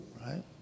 right